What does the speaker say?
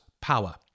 power